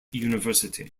university